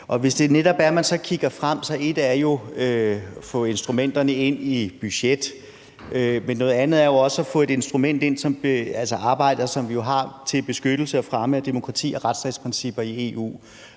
hvis man netop kigger frem, så er ét jo at få instrumenterne ind i budgettet, men noget andet er jo også at få et instrument, som arbejder, og som vi har til beskyttelse og fremme af demokrati og retsstatsprincipper i EU,